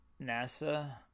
nasa